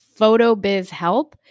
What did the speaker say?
PHOTOBIZHELP